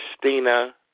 Christina